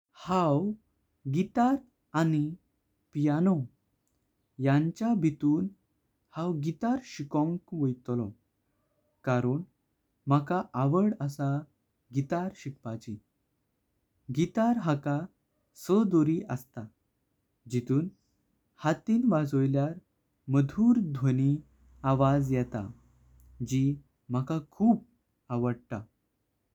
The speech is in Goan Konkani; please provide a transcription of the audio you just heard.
हांव गिटार आनी पियानो यांच्या भित्वून हांव गिटार शिकोंक वयतलो कारण माका आवड। आसा गिटार शिकपाची, गिटार हाका डोरी अस्तां जिथून हातांनी वाजोयल्यार मधुर ध्वनी आवाज येता जी माका खूप आवडता।